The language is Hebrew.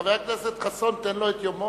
חבר הכנסת חסון, תן לו את יומו.